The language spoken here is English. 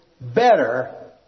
better